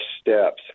steps